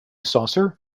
saucer